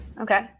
Okay